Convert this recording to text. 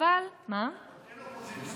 עוד אין אופוזיציה.